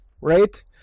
right